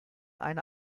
eine